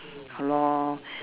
好 lor